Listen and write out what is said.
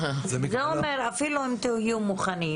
זה אומר שאפילו אם תהיו מוכנים